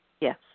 Yes